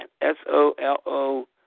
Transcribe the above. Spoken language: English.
S-O-L-O